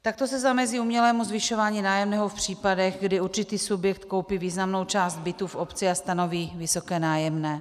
Takto se zamezí umělému zvyšování nájemného v případech, kdy určitý subjekt koupí významnou část bytů v obci a stanoví vysoké nájemné.